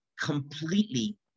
completely